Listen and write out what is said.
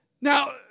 Now